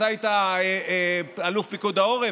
אתה היית אלוף פיקוד העורף,